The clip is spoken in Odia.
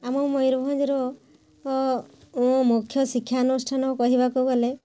ଆମ ମୟୂରଭଞ୍ଜର ମୁଖ୍ୟ ଶିକ୍ଷାନୁଷ୍ଠାନ କହିବାକୁ ଗଲେ